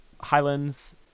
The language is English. highlands